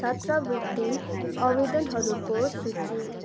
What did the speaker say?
छात्रवृत्ति आवेदनहरूको सूची